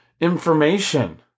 information